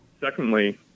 secondly